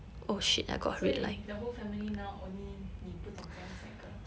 所以 the whole family now only 你不懂怎样 cycle